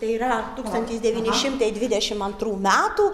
tai yra tūkstantis devyni šimtai dvidešim antrų metų